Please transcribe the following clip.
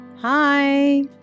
hi